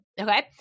Okay